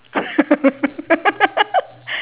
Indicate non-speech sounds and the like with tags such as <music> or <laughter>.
<laughs>